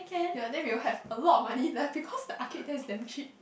ya then we'll have a lot of money left because the arcade there is damn cheap